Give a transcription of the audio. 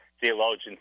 theologians